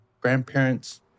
grandparents